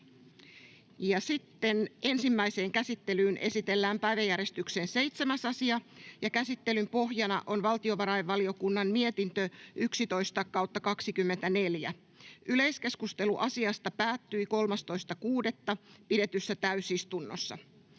=== Ensimmäiseen käsittelyyn esitellään päiväjärjestyksen 7. asia. Käsittelyn pohjana on valtiovarainvaliokunnan mietintö VaVM 11/2024 vp. Yleiskeskustelu asiasta päättyi 13.6.2024 pidetyssä täysistunnossa.